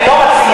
אני לא מציע,